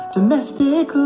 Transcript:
Domestic